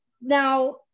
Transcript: now